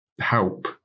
help